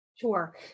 Sure